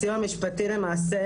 הסיוע המשפטי למעשה,